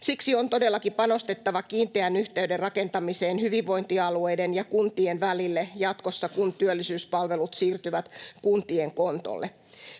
Siksi on todellakin panostettava kiinteän yhteyden rakentamiseen hyvinvointialueiden ja kuntien välille jatkossa, kun työllisyyspalvelut siirtyvät kun-tien kontolle.